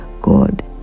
god